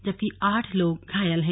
जबकि आठ लोग घायल हैं